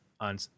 on